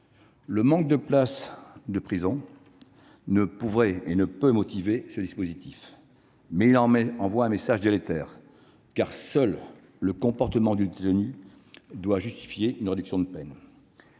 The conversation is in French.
Le manque de places de prison ne peut motiver ce dispositif qui envoie un message délétère, car seul le bon comportement du détenu doit justifier une réduction de peine.